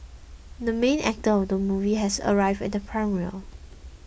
the main actor of the movie has arrived at premiere